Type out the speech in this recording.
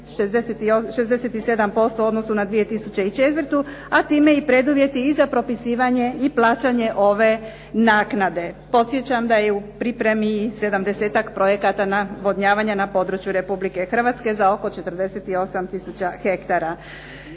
67% u odnosu na 2004., a ti me i preduvjeti i za propisivanje i plaćanje ove naknade. Podsjećam da je u pripremi i 70-ak projekata navodnjavanja na području Republike Hrvatske za oko 48 tisuća hektara.